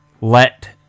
let